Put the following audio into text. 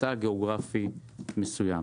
בתא גיאוגרפי מסוים.